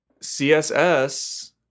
CSS